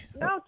No